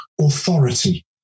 authority